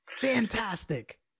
fantastic